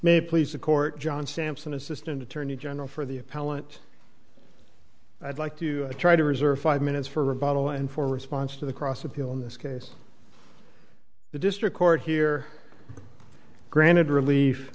may please the court john sampson assistant attorney general for the appellant i'd like to try to reserve five minutes for rebuttal and for response to the cross appeal in this case the district court here granted relief